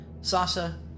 Sasha